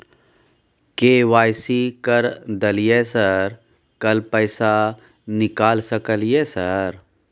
KYC कर दलियै sir कल पैसा निकाल सकलियै सर?